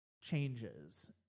changes